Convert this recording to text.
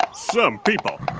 some people.